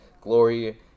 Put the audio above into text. glory